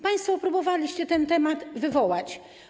Państwo próbowaliście ten temat wywołać.